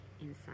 inside